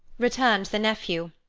returned the nephew.